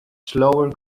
slower